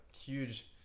huge